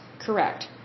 correct